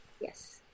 yes